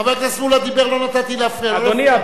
חבר הכנסת מולה דיבר ולא נתתי להפריע לו.